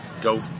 go